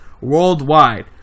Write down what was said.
Worldwide